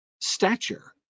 stature